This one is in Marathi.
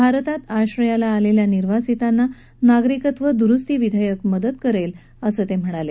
भारतात आश्रयाला आलेल्या निर्वासीताना नागरिकत्व दुरुस्ती विधेयक मदत करेल असं ते म्हणाले